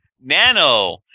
Nano